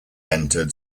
entered